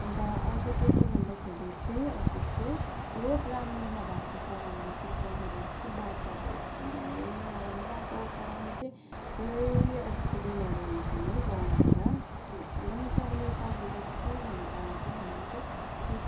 अन्त अर्को चाहिँ के भन्दाखेरि चाहिँ अर्को चाहिँ रोड राम्रो नभएको कारणले गर्दाखेरि चाहिँ बाटोहरू एकदमै नराम्रो भएको कारणले चाहिँ धेरै एक्सिडेनहरू हुन्छन् है गाउँतिर अन्त म चाहिँ अब नेताजीलाई चाहिँ के भन्नु चहान्छु भन्दाखेरि चाहिँ छिट्